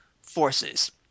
forces